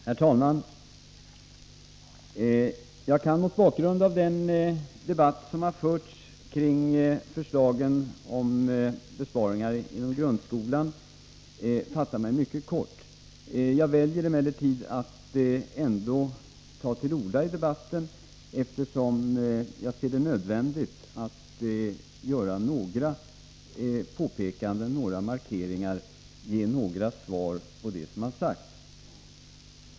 Herr talman! Larz Johansson säger att centern har redovisat hur ett nytt statsbidragssystem skall se ut i en tidigare proposition. Jag bestrider detta.